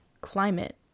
climate